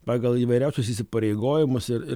pagal įvairiausius įsipareigojimus ir ir